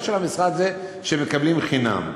ההנחיות של המשרד הן שמקבלים חינם.